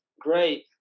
Great